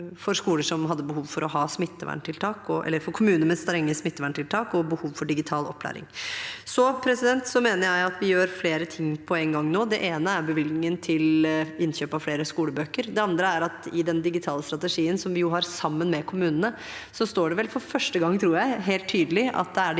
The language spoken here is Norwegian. og gjorde et stort inntog, særlig i kommuner med strenge smitteverntiltak og behov for digital opplæring. Jeg mener at vi gjør flere ting på en gang nå. Det ene er bevilgningen til innkjøp av flere skolebøker. Det andre er at i den digitale strategien som vi har sammen med kommunene, står det vel for første gang, tror jeg, helt tydelig at det er de